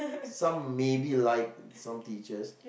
some maybe like some teachers